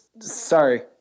sorry